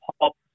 pop